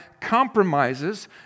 compromises